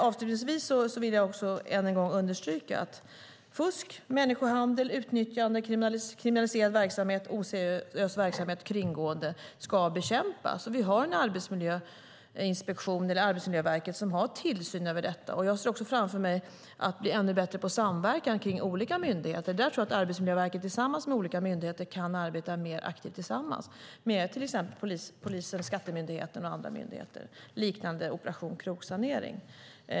Avslutningsvis vill jag än en gång understryka att fusk, människohandel, utnyttjande, kriminell verksamhet, oseriös verksamhet och kringgående av regler ska bekämpas. Arbetsmiljöverket har tillsyn över detta. Jag ser framför mig att vi ska bli bättre på samverkan mellan olika myndigheter. Jag tror att Arbetsmiljöverket kan arbeta mer aktivt tillsammans med till exempel Polisen, Skattemyndigheten och andra myndigheter liknande det man har gjort inom Operation Krogsanering.